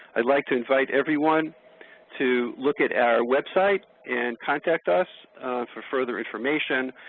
i'd like to invite everyone to look at our website and contact us for further information.